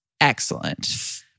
excellent